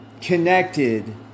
connected